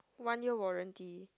one year warranty